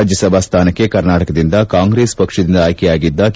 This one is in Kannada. ರಾಜ್ಲಸಭಾ ಸ್ಥಾನಕ್ಕೆ ಕರ್ನಾಟಕದಿಂದ ಕಾಂಗ್ರೆಸ್ ಪಕ್ಷದಿಂದ ಆಯ್ಕೆಯಾಗಿದ್ದ ಕೆ